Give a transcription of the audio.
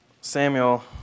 Samuel